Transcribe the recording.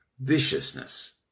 viciousness